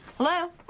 Hello